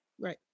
Right